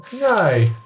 No